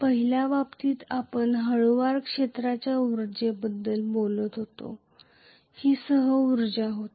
पहिल्या बाबतीत आपण हळुवार क्षेत्राच्या उर्जेबद्दल बोलत होतो ही सह ऊर्जा होती